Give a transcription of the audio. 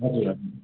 हजुर हजुर